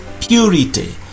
purity